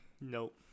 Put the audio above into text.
Nope